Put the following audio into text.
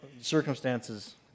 circumstances